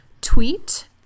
tweet